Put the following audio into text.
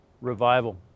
Revival